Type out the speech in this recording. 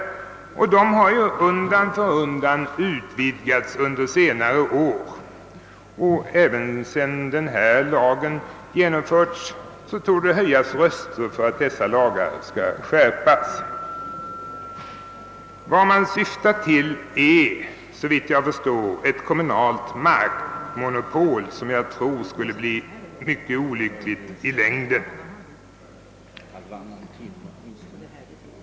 Dessa har under senare år undan för undan utvidgats och även efter genomförandet av det nu föreliggande lagförslaget torde komma att höjas röster för att de två förstnämnda lagarna skall skärpas. Syftet är, såvitt jag förstår, ett kommunalt markmonopol, vilket säkerligen skulle bli mycket olyckligt i längden.